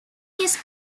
his